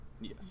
Yes